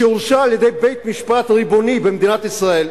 שהורשע על-ידי בית-משפט ריבוני במדינת ישראל,